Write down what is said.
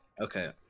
Okay